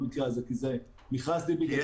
במקרה הזה כי זה מכרז DB גדול,